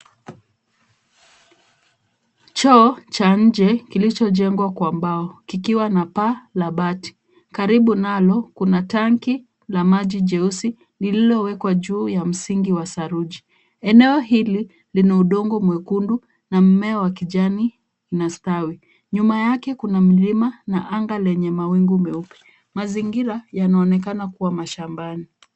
Choo cha nje kilichojengwa kwa mbao kikiwa na paa la bati. Karibu nalo kuna tangi la maji jeusi lililowekwa juu ya msingi wa saruji. Eneo hili lina udongo mwekundu na mmea wa kijani unastawi. Nyuma yake kuna mlima na anga lenye mawingu meupe. Mazingira yanaonekana kuwa mashambani.